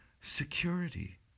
security